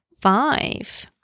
five